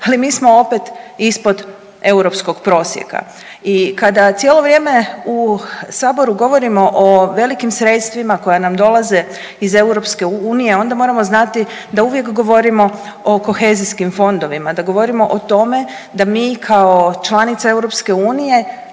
ali mi smo opet ispod europskog prosjeka. I kada cijelo vrijeme u saboru govorimo o velikim sredstvima koja nam dolaze iz EU onda moramo znati da uvijek govorimo o kohezijskim fondovima, da govorimo o tome da mi kao članica EU trebamo